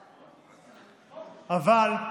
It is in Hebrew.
אבל,